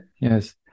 Yes